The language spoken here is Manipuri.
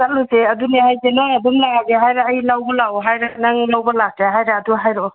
ꯆꯠꯂꯨꯁꯦ ꯑꯗꯨꯅꯦ ꯍꯥꯏꯁꯦ ꯅꯪ ꯑꯗꯨꯝ ꯂꯥꯛꯑꯒꯦ ꯍꯥꯏꯔ ꯑꯩ ꯂꯧꯕ ꯂꯥꯛꯑꯣ ꯍꯥꯏꯔ ꯅꯪ ꯂꯧꯕ ꯂꯥꯛꯀꯦ ꯍꯥꯏꯔ ꯑꯗꯣ ꯍꯥꯏꯔꯛꯑꯣ